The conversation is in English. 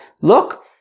look